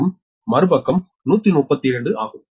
மற்றும் மறுபக்கம் 132 ஆகும்